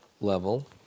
level